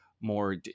more